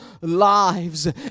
lives